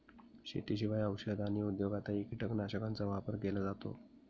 शेतीशिवाय औषध आणि उद्योगातही कीटकनाशकांचा वापर केला जातो